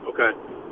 Okay